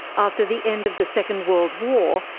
after the end of the second world war,